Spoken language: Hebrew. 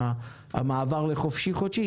המעבר לחופשי-חודשי.